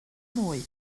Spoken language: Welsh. mwy